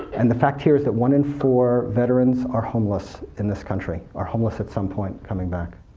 and the fact here is that one in four veterans are homeless in this country, are homeless at some point coming back.